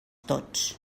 tots